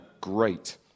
great